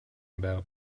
about